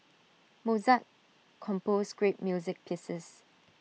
Mozart composed great music pieces